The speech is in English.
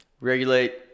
Regulate